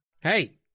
Hey